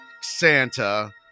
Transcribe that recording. Santa